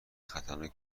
خطرناکی